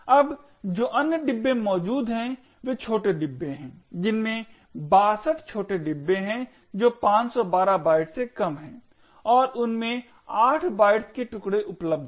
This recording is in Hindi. अब जो अन्य डिब्बे मौजूद हैं वे छोटे डिब्बे हैं जिनमें 62 छोटे डिब्बे हैं जो 512 बाइट्स से कम हैं और उनमें 8 बाइट्स के टुकड़े उपलब्ध हैं